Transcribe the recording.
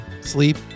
Sleep